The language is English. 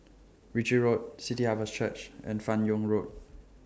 Ritchie Road City Harvest Church and fan Yoong Road